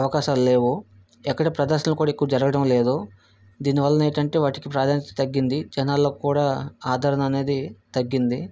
అవకాశాలు లేవు ఎక్కడా ప్రదర్శనలు కూడా ఎక్కువ జరగడం లేదు దీని వలన ఏటంటే వాటికి ప్రాధాన్యత తగ్గింది జనాల్లో కూడా ఆదరణ అనేది తగ్గింది